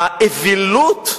האווילות,